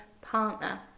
partner